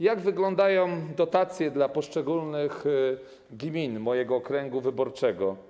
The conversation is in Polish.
Jak wyglądają dotacje dla poszczególnych gmin z mojego okręgu wyborczego?